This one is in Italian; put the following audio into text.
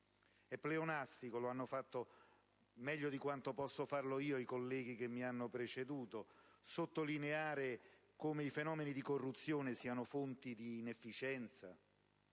È pleonastico - lo hanno fatto meglio di quanto possa farlo io i colleghi che mi hanno preceduto - sottolineare come i fenomeni di corruzione siano fonti di inefficienza